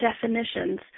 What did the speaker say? definitions